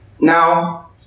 Now